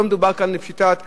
לא מדובר פה בפשיטת רגל,